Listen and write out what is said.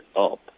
up